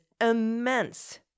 immense